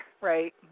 right